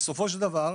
בסופו של דבר,